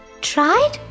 Tried